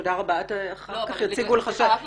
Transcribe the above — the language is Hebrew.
תודה רבה, אחר כך יציגו לך שאלות